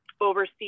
oversee